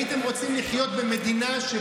היא הייתה תת-אלוף.